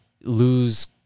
lose